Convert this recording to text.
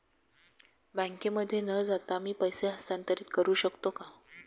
बँकेमध्ये न जाता मी पैसे हस्तांतरित करू शकतो का?